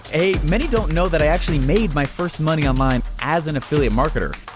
hey, many don't know that i actually made my first money online as an affiliate marketer.